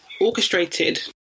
orchestrated